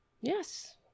Yes